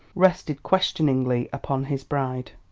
rested questioningly upon his bride.